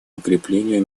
укреплению